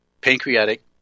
pancreatic